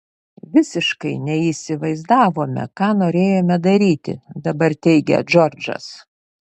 visiškai neįsivaizdavome ką norėjome daryti dabar teigia džordžas